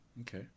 Okay